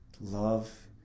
Love